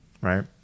right